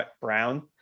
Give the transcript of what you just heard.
Brown